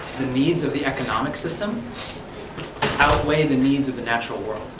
the needs of the economic system outweigh the needs of the natural world,